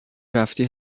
رفتی